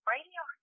radio